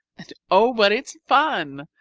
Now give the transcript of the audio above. and oh, but it's fun!